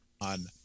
on